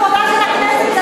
לכבודה של הכנסת.